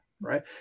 Right